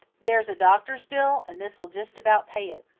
there's a doctor's bill, and this will just about pay it.